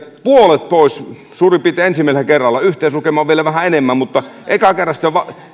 piirtein puolet pois ensimmäisellä kerralla yhteislukema on vielä vähän enemmän mutta ensi kerrasta jo